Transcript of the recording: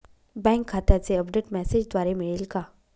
Bank खात्याचे update मेसेजद्वारे मिळेल का?